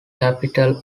capital